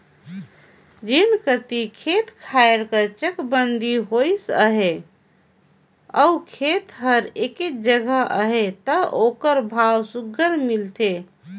जेन कती खेत खाएर कर चकबंदी होइस अहे अउ खेत हर एके जगहा अहे ता ओकर भाव सुग्घर मिलथे